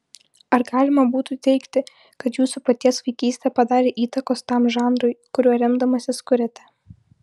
ar galima būtų teigti kad jūsų paties vaikystė padarė įtakos tam žanrui kuriuo remdamasis kuriate